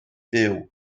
byw